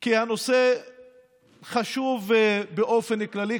כי הנושא חשוב באופן כללי,